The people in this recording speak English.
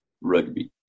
rugby